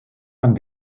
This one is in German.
man